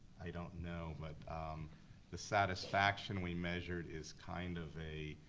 i don't know, but the satisfaction we measured is kind of a